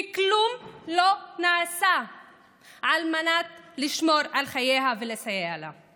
וכלום לא נעשה על מנת לשמור על חייה ולסייע לה.